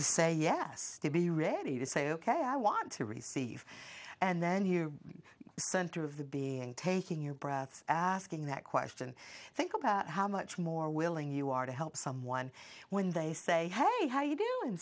say yes to be ready to say ok i want to receive and then you center of the being taking your breath asking that question think about how much more willing you are to help someone when they say hey how you doing